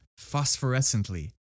phosphorescently